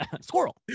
Squirrel